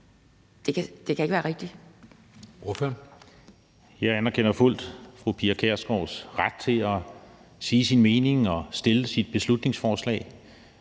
Det kan ikke være rigtigt.